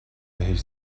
بهش